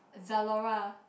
Zalora